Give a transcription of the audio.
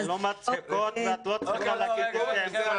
הן לא מצחיקות ואת לא צריכה להגיד את זה,